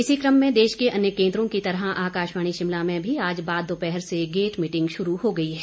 इसी क्रम में देश के अन्य केन्द्रों की तरह आकाशवाणी शिमला में भी आज बाद दोपहर से गेट मीटिंग शुरू हो गई है